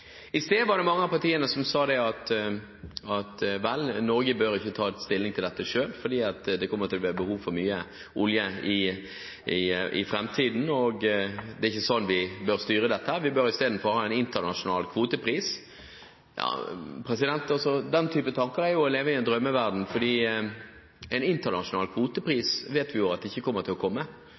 I sted var det mange av partiene som sa at Norge ikke bør ta stilling til dette selv, fordi det kommer til å være behov for mye olje i framtiden, og det er ikke slik vi bør styre dette. Vi bør istedenfor ha en internasjonal kvotepris. Den type tanker er å leve i en drømmeverden, for en internasjonal kvotepris vet vi ikke kommer til å komme.